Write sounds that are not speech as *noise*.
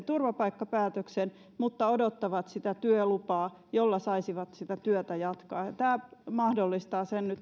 *unintelligible* turvapaikkapäätöksen mutta odottavat työlupaa jolla saisivat sitä työtä jatkaa tämä mahdollistaa sen nyt